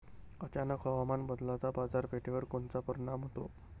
अचानक हवामान बदलाचा बाजारपेठेवर कोनचा परिणाम होतो?